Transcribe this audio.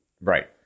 Right